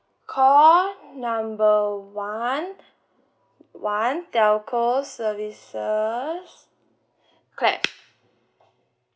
call number one one telco services clap